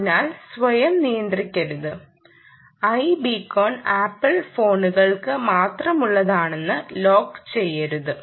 അതിനാൽ സ്വയം നിയന്ത്രിക്കരുത് ഐബികോൺ ആപ്പിൾ ഫോണുകൾക്ക് മാത്രമുള്ളതാണെന്ന് ലോക്ക് ചെയ്യരുത്